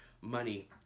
money